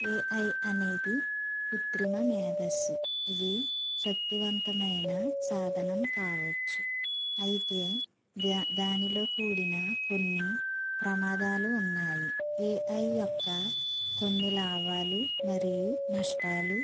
AI అనేది కుత్రిమ మేధస్సు ఇది సత్యవంతమైన సాధనం కావచ్చు అయితే ధ్య దానిలో కూడిన కొన్ని ప్రమాదాలు ఉన్నాయి ఏఐ యొక్క కొన్ని లాభాలు మరియు నష్టాలు